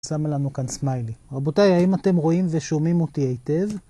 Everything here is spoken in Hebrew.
‫שמה לנו כאן סמיילי. ‫רבותיי, האם אתם רואים ושומעים אותי היטב?